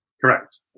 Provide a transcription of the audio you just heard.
Correct